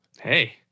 Hey